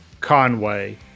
Conway